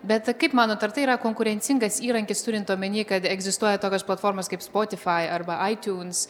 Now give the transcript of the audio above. bet kaip manot ar tai yra konkurencingas įrankis turint omeny kad egzistuoja tokios platformos kaip spotifai arba aitiuns